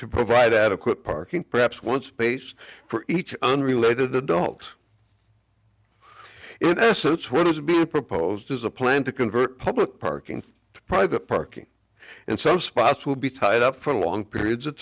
to provide adequate parking perhaps once base for each unrelated adult it s it's what is being proposed as a plan to convert public parking to private parking and some spots will be tied up for long periods of